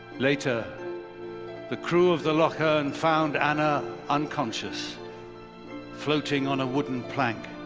later the crew of the loch earn found anna unconscious floating on a wooden plank.